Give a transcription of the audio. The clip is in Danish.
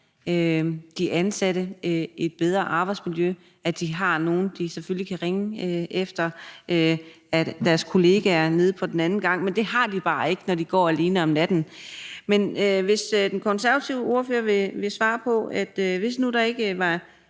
de ansatte et bedre arbejdsmiljø; at de selvfølgelig har nogle, de kan ringe efter, f.eks. deres kollegaer nede på en anden gang. Men det har de bare ikke, når de går alene om natten. Vil den konservative ordfører svare på: Hvis nu der ikke var